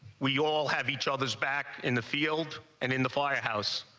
we all have each other's back in the field and in the fire house,